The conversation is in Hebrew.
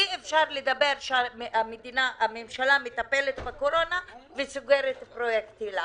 אי-אפשר לדבר כשהממשלה מטפלת בקורונה וסוגרת את פרויקט היל"ה.